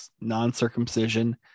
non-circumcision